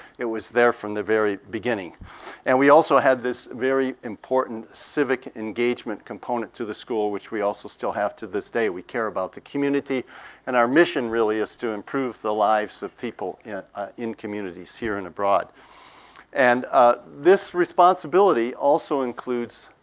it was there from the very beginning and we also had this very important civic engagement component to the school, which we also still have to this day. we care about the community and our mission really is to improve the lives of people ah in communities here and abroad and ah this responsibility also includes